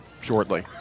shortly